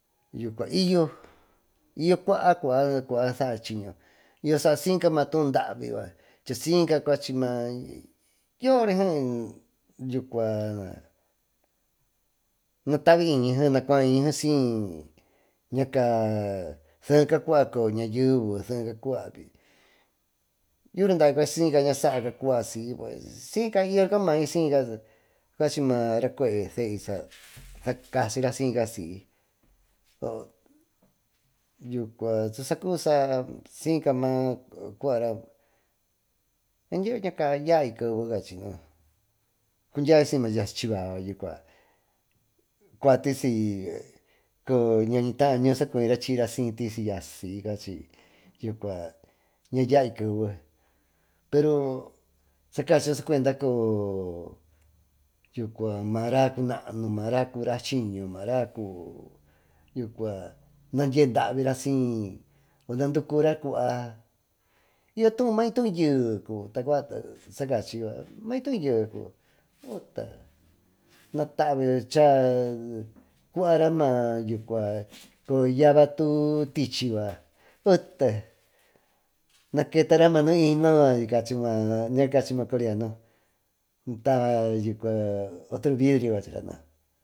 Y yo cuá cuba cubi saayo chiñon y yosa siyca ma tuu daavi saa siyca cuchi yuri yucua natiiñigenacua iñyña ca seeca cooyo ñayeve yuuraa davicueña saaca cuba si y yo ri camaycuchi ma racue{e sey sacasyra sinca sy o yucua tusa siyca tumacuara ñanqyyo nacayay queve cachinñú cundya siyma yasi chivaa cuati si ñañitaayo nusa cuñi rati y rasi y cueño yai kevo pero sacuenda mara cunaanumaracuvi raschiño racuvina dyedanvira si ona ducura cuba y yo tuu mayuvi tu ye uta natavira cura ma yava tu tichi naketara ma nu ino yucua ñacachi maa coreano tabayo otro vidrio.